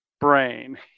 brain